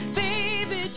baby